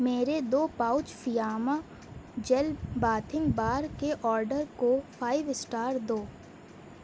میرے دو pouch Fiama gel bathing bar کے آڈر کو فائیو اسٹار دو